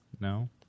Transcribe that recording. No